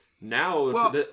now